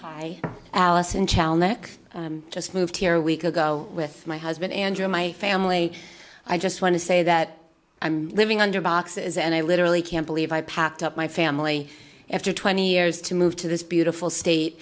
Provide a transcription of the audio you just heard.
hi allison just moved here week ago with my husband andrew my family i just want to say that i'm living under boxes and i literally can't believe i packed up my family after twenty years to move to this beautiful state